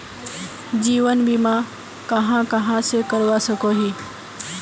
जीवन बीमा कहाँ कहाँ से करवा सकोहो ही?